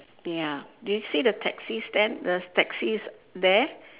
ya did you see the taxi stand the taxi is there